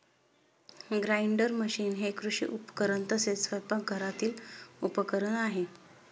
grinder machine हे कृषी उपकरण तसेच स्वयंपाकघरातील उपकरण आहे